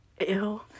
Ew